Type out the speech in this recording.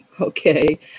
Okay